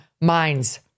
minds